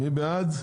מי בעד?